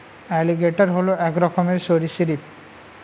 alligator হল এক রকমের সরীসৃপ